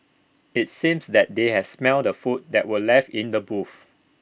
IT seems that they had smelt the food that were left in the booth